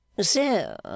So